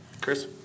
Chris